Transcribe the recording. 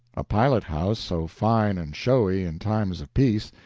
a pilothouse, so fine and showy in times of peace,